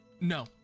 No